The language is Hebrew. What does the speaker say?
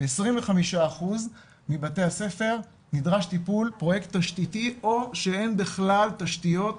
וב-25% מבתי הספר נדרש טיפול תשתיתי או שאין בכלל תשתיות